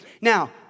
Now